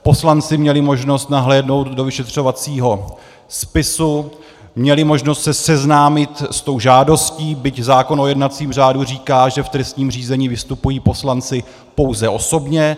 Poslanci měli možnost nahlédnout do vyšetřovacího spisu, měli možnost se seznámit s tou žádostí, byť zákon o jednacím řádu říká, že v trestním řízení vystupují poslanci pouze osobně.